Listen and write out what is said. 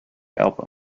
album